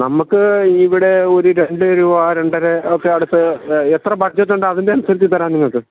നമുക്ക് ഇവിടെ ഒരു രണ്ട് രൂപ രണ്ടര ഒക്കെ അടുത്ത് എത്ര ബഡ്ജറ്റ് ഉണ്ട് അതിന്റെ അനുസരിച്ച് തരാം നിങ്ങൾക്ക്